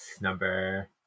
number